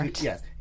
Yes